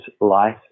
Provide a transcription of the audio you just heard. life